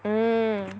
mm